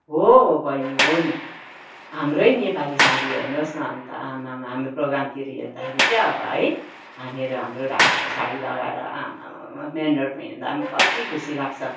हो हो बैनी हो नि हाम्रै नेपाली सारी हेर्नुहोस् न अन्त आमामामा हाम्रो प्रोग्रामतिर हेर्दाखेरि क्या हो अब है हामीहरू हाम्रो ढाकाको सारी लगाएर आमामामामा मेन रोडमा हिँड्दा पनि कति खुसी लाग्छ